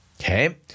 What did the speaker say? Okay